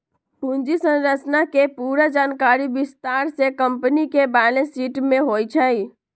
पूंजी संरचना के पूरा जानकारी विस्तार से कम्पनी के बैलेंस शीट में होई छई